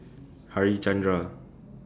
Harichandra